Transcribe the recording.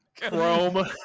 Chrome